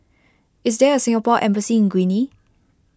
is there a Singapore Embassy in Guinea